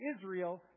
Israel